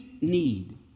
need